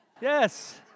Yes